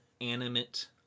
animate